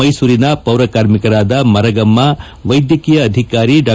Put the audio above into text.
ಮೈಸೂರಿನ ಪೌರ ಕಾರ್ಮಿಕರಾದ ಮರಗಮ್ಮ ವೈದ್ಯಕೀಯ ಅಧಿಕಾರಿ ಡಾ